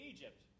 Egypt